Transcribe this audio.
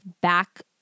back